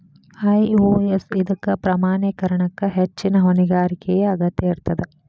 IOS ಇದಕ್ಕ ಪ್ರಮಾಣೇಕರಣಕ್ಕ ಹೆಚ್ಚಿನ್ ಹೊಣೆಗಾರಿಕೆಯ ಅಗತ್ಯ ಇರ್ತದ